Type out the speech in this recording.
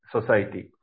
society